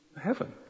heaven